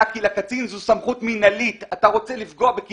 אני מנסה לענות על השאלה.